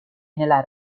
nella